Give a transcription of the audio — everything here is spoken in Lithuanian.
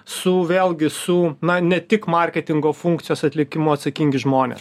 su vėlgi su na ne tik marketingo funkcijos atlikimu atsakingi žmonės